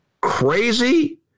crazy